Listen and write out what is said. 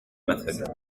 method